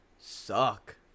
suck